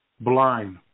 blind